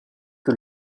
que